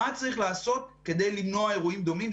מה צריך לעשות כדי למנוע אירועים דומים.